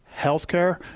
healthcare